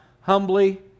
humbly